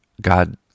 God